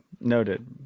noted